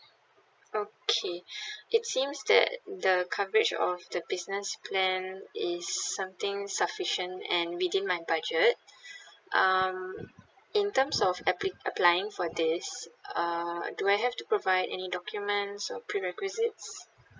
okay it seems that the coverage of the business plan is something sufficient and within my budget um in terms of appli~ applying for this uh do I have to provide any documents or prerequisites